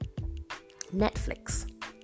Netflix